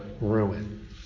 ruin